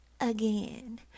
again